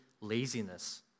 laziness